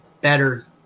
better